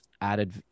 added